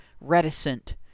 reticent